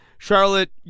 Charlotte